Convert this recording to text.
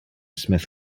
smith